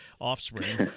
offspring